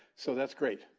so that's great.